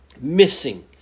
missing